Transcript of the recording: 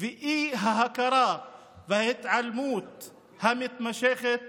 והאי-הכרה וההתעלמות המתמשכת